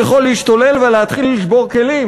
הוא יכול להשתולל ולהתחיל לשבור כלים